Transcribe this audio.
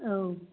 औ